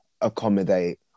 accommodate